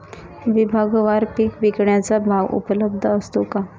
विभागवार पीक विकण्याचा भाव उपलब्ध असतो का?